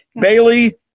Bailey